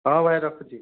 ହଁ ଭାଇ ରଖୁଛି